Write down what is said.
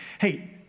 Hey